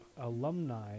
alumni